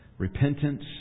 Repentance